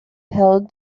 held